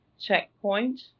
checkpoint